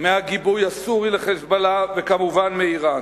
מהגיבוי הסורי ל"חיזבאללה", וכמובן מאירן.